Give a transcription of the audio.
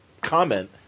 comment